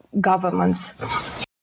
governments